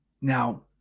Now